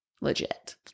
legit